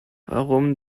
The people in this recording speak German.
warum